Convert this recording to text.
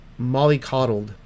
mollycoddled